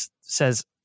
says